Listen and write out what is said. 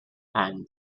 and